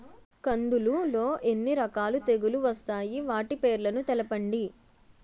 కందులు లో ఎన్ని రకాల తెగులు వస్తాయి? వాటి పేర్లను తెలపండి?